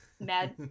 mad